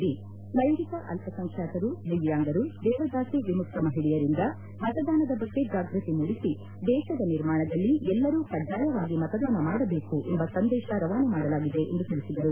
B ಲೈಂಗಿಕ ಅಲ್ಲಸಂಖ್ವಾತರು ದಿವ್ಯಾಂಗರು ದೇವದಾಸಿ ವಿಮುಕ್ತ ಮಹಿಳೆಯರಿಂದ ಮತದಾನದ ಬಗ್ಗೆ ಜಾಗೃತಿ ಮೂಡಿಸಿ ದೇಶದ ನಿರ್ಮಾಣದಲ್ಲಿ ಎಲ್ಲರೂ ಕಡ್ವಾಯವಾಗಿ ಮತದಾನ ಮಾಡಬೇಕು ಎಂಬ ಸಂದೇಶ ರವಾನೆ ಮಾಡಲಾಗಿದೆ ಎಂದು ತಿಳಿಸಿದರು